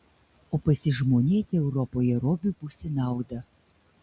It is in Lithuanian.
o pasižmonėti europoje robiui bus į naudą